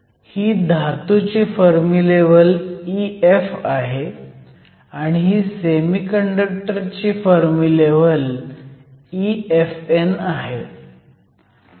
ही धातूची Fermi level EF आहे आणि ही सेमीकंडक्टर ची फर्मी लेव्हल EFn आहे